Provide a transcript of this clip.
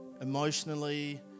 emotionally